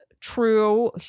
true